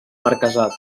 marquesat